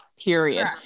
period